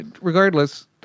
regardless